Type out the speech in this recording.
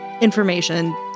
information